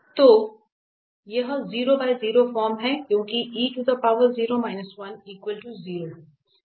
तो यह फॉर्म है क्योंकि और फिर यहां हमारे पास 0 भी है